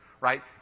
right